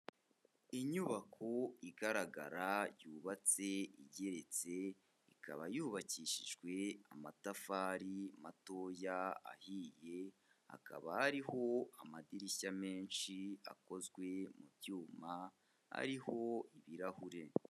Inyubako igaragara yubatse igeretse, ikaba yubakishijwe amatafari matoya ahiye, hakaba hariho amadirishya menshi akozwe mu byuma ariho ibirahuri.